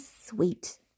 sweet